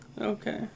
Okay